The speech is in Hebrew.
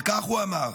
וכך הוא אמר: